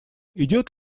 идет